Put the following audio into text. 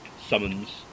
summons